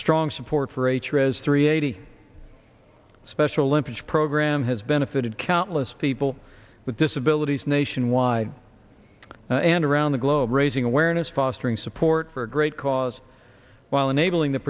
strong support for a trip as three eighty special olympics program has benefited countless people with disabilities nationwide and around the globe raising awareness fostering support for a great cause while enabling the